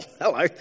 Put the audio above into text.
hello